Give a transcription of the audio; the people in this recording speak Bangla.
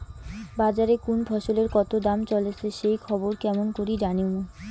বাজারে কুন ফসলের কতো দাম চলেসে সেই খবর কেমন করি জানীমু?